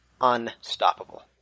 unstoppable